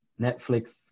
netflix